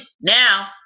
Now